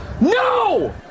No